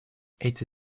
эти